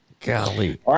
Golly